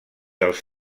els